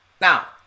Now